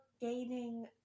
gaining